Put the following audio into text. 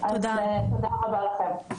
תודה רבה לכם.